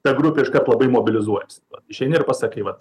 ta grupė iškart labai mobilizuojasi išeini ir pasakai vat